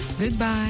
Goodbye